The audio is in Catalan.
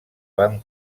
vam